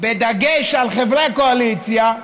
בדגש על חברי קואליציה,